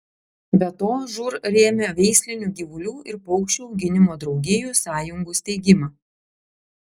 be to žūr rėmė veislinių gyvulių ir paukščių auginimo draugijų sąjungų steigimą